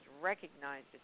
recognized